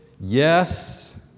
Yes